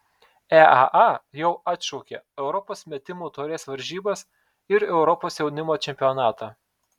eaa jau atšaukė europos metimų taurės varžybas ir europos jaunimo čempionatą